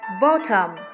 bottom